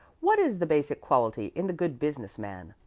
what is the basic quality in the good business man?